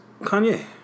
Kanye